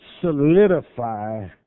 solidify